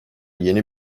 yeni